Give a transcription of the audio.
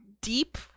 deep